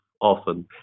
often